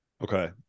Okay